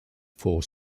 for